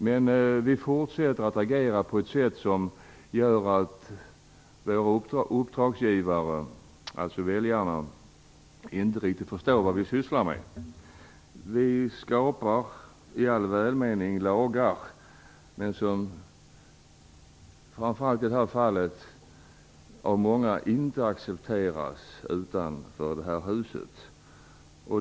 Men vi fortsätter att agera på ett sätt som gör att våra uppdragsgivare, alltså väljarna, inte riktigt förstår vad vi sysslar med. Vi skapar i all välmening lagar som i det här fallet inte accepteras av många utanför det här huset.